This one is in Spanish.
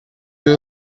dio